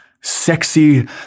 sexy